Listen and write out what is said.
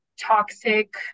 toxic